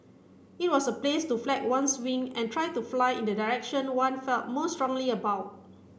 it was a place to flex one's wing and try to fly in the direction one felt most strongly about